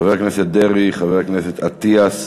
חבר הכנסת דרעי, חבר הכנסת אטיאס,